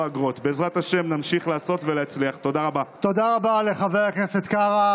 אני רוצה להגיד לך תודה רבה על כל התקופה האחרונה,